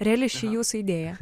reali ši jūsų idėja